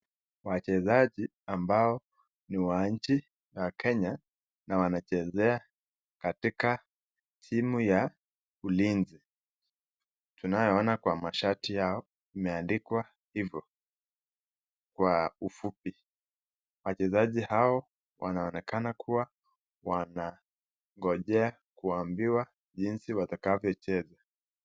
Wachezaji ambao ni wa nchi ya Kenya na wanachezea katika timu ya ULINZI tunayoona kwa mashati yao, imeandikwa hivo kwa ufupi. Wachezaji hao wanaonekana kuwa wanangojea kuambiwa jinsi watakavyocheza.